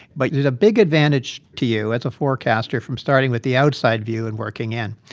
but there's a big advantage to you, as a forecaster, from starting with the outside view and working in.